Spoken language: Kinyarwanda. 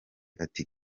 ati